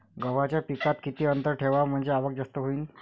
गव्हाच्या पिकात किती अंतर ठेवाव म्हनजे आवक जास्त होईन?